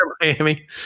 Miami